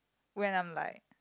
when I'm like